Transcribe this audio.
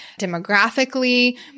demographically